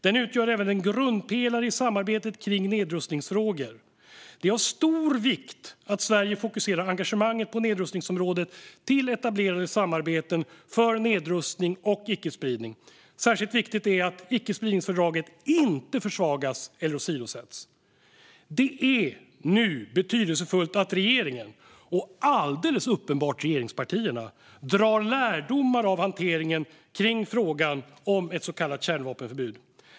Den utgör även en grundpelare i samarbetet kring nedrustningsfrågor. Det är av stor vikt att Sverige i engagemanget på nedrustningsområdet fokuserar på etablerade samarbeten för nedrustning och icke-spridning. Särskilt viktigt är att icke-spridningsfördraget inte försvagas eller åsidosätts. Det är nu betydelsefullt att regeringen - och alldeles uppenbart regeringspartierna - drar lärdomar av hanteringen av frågan om ett så kallat kärnvapenförbud.